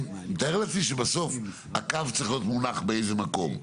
אני מתאר לעצמי שבסוף הקו צריך להיות מונח באיזה מקום.